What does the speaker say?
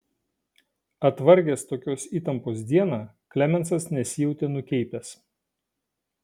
atvargęs tokios įtampos dieną klemensas nesijautė nukeipęs